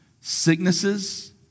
sicknesses